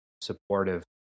supportive